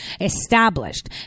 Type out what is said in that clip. established